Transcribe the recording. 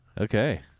Okay